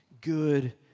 good